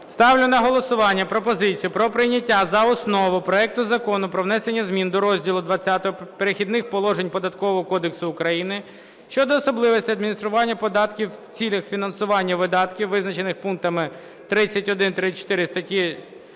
Ставлю на голосування пропозицію про прийняття за основу проект Закону про внесення змін до розділу XX "Перехідні положення" Податкового кодексу України (щодо особливостей адміністрування податків в цілях фінансування видатків, визначених пунктами 31-34 статті